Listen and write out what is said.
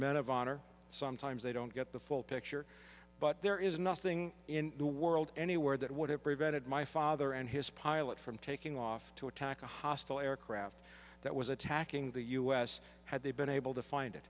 men of honor sometimes they don't get the full picture but there is nothing in the world anywhere that would have prevented my father and his pilot from taking off to attack a hostile aircraft that was attacking the u s had they been able to find